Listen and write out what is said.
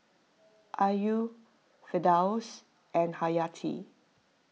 Ayu Firdaus and Hayati